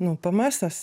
nu pmsas